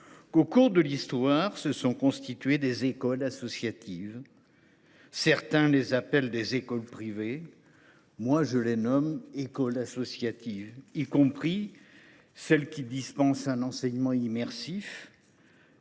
qu’au cours de l’histoire se sont constituées des écoles associatives. Certains les appellent « écoles privées »; pour ma part, je les nomme « écoles associatives », y compris celles qui dispensent un enseignement immersif